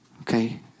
Okay